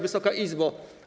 Wysoka Izbo!